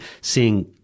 seeing